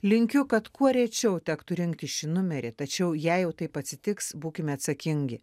linkiu kad kuo rečiau tektų rinkti šį numerį tačiau jei jau taip atsitiks būkime atsakingi